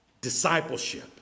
discipleship